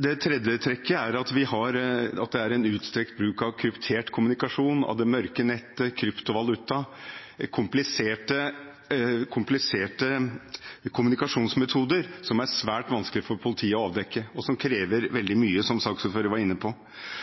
Det tredje trekket er at det er en utstrakt bruk av kryptert kommunikasjon, av det mørke nettet, av kryptovaluta og av kompliserte kommunikasjonsmetoder som det er svært vanskelig for politiet å avdekke, og som krever veldig mye, som saksordføreren var inne på.